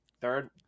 Third